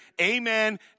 Amen